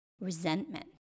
resentment